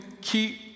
keep